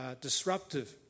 disruptive